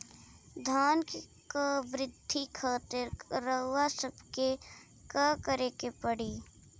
धान क वृद्धि खातिर रउआ सबके का करे के पड़ी?